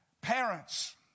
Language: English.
Parents